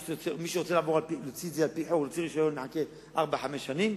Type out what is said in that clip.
מי שרוצה להוציא רשיון על-פי חוק מחכה ארבע-חמש שנים